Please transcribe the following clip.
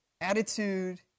attitude